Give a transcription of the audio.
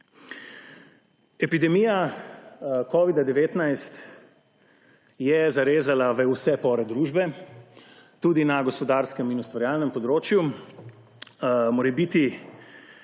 Epidemija covida-19 je zarezala v vse pore družbe, tudi na gospodarskem in ustvarjalnem področju,